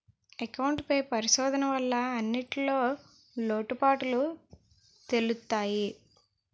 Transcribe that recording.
account పై పరిశోధన వల్ల అన్నింటిన్లో లోటుపాటులు తెలుత్తయి